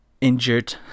injured